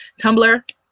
Tumblr